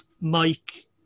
Mike